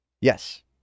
Yes